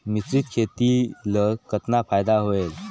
मिश्रीत खेती ल कतना फायदा होयल?